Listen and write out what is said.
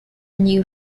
new